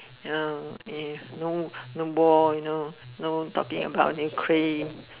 uh and no no more you know no talking about